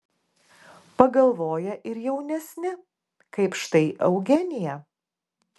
pagalvoja ir jaunesni kaip štai eugenija